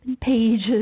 pages